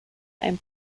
and